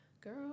girl